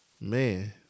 man